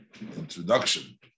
introduction